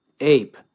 ape